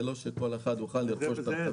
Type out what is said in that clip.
זה לא שכל אחד יוכל לרכוש את הרכבים האלה.